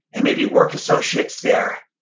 and maybe work associates there,